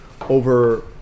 over